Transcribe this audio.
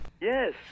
Yes